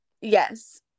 yes